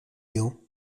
gants